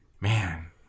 man